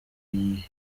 yibye